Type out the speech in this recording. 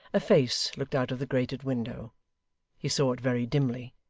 a face looked out of the grated window he saw it very dimly,